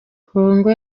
congo